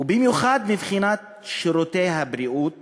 ובמיוחד מבחינת שירותי הבריאות